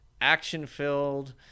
action-filled